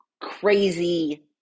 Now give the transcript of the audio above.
crazy